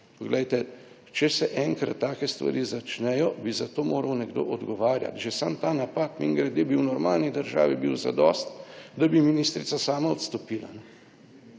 Poglejte, če se enkrat take stvari začnejo, bi za to moral nekdo odgovarjati. Že sam ta napad, mimogrede bi v normalni državi bil zadosti, da bi ministrica sama odstopila,